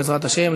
בעזרת השם,